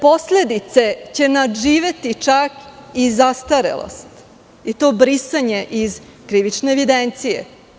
Posledice će nadživeti čak i zastarelost i to brisanje iz krivične evidencije.